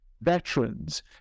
veterans